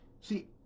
See